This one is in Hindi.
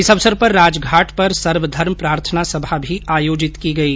इस अवसर पर राजघाट पर सर्वधर्म प्रार्थना सभा भी आयोजित की गई